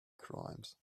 crimes